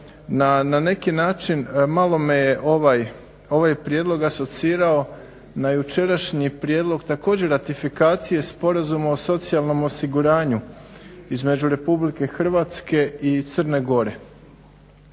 Na neki način malo me je ovaj prijedlog asocirao na jučerašnji prijedlog također ratifikacije Sporazuma o socijalnom osiguranju između Republike Hrvatske i Crne Gore.